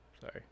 Sorry